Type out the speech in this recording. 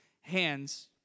hands